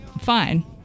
Fine